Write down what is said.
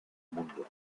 mundo